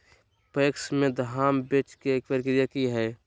PACS में धाम बेचे के प्रक्रिया की हय?